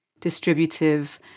distributive